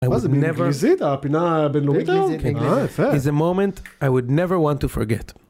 מה זה, באינגליזית? הפינה הבין לאומית היום? אה, יפה.is a moment I would never want to forget